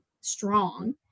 strong